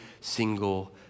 single